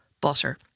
butter